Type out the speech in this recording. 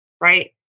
right